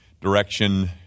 direction